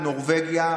נורבגיה,